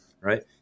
right